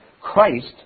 Christ